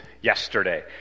Yesterday